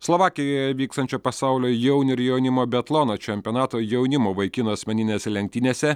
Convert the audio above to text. slovakijoje vykstančio pasaulio jaunių ir jaunimo biatlono čempionato jaunimo vaikinų asmeninėse lenktynėse